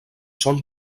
són